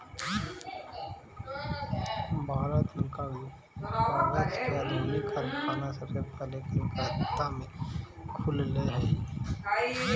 भारत में कागज के आधुनिक कारखाना सबसे पहले कलकत्ता में खुलले हलइ